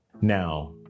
now